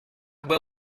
will